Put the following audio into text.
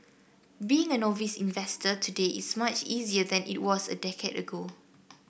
being an novice investor today is much easier than it was a decade ago